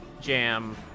jam